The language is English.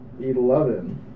Eleven